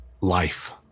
life